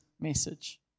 message